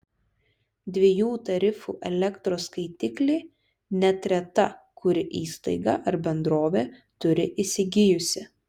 dviejų tarifų elektros skaitiklį net reta kuri įstaiga ar bendrovė turi įsigijusi